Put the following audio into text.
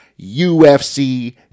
UFC